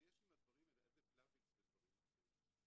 אז יש פלאבקס ודברים אחרים.